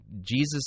Jesus